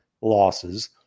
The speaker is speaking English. losses